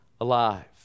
alive